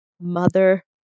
mother